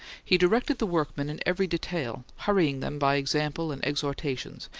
he directed the workmen in every detail, hurrying them by example and exhortations,